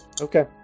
Okay